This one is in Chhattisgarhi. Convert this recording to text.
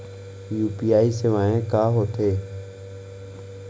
यू.पी.आई सेवाएं का होथे?